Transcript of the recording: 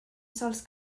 sòls